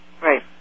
Right